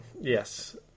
yes